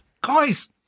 guys